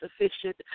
sufficient